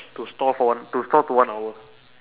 to stall for one to stall to one hour